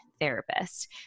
therapist